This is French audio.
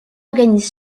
organise